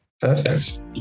perfect